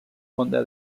onda